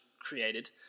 created